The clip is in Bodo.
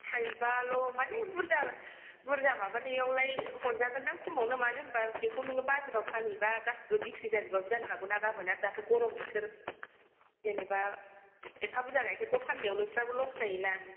थाइबाल' माने बुरजा बुरजा माबानायावलाय हरजागोनदां खमावनो मानो होनबा बेखौ नोङो बाजाराव फानहैबा गासैबो बिक्रि जाजोबाबो जानो हागौ ना गाबोन आरो दाथ' गरम बोथोर जेनेबा एप्फा बुरजा गाइखेरखौ फाननायाव नोंस्राबो लस जायो ना